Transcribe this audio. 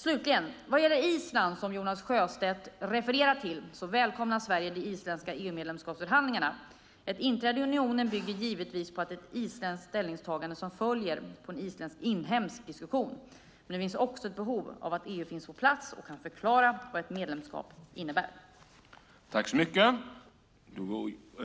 slutligen gäller Island, som Jonas Sjöstedt refererar till, välkomnar Sverige de isländska EU-medlemskapsförhandlingarna. Ett inträde i unionen bygger givetvis på ett isländskt ställningstagande som följer på en isländsk inhemsk diskussion. Men det finns också ett behov av att EU finns på plats och kan förklara vad ett medlemskap innebär.